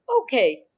Okay